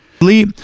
Lee